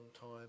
time